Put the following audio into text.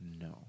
No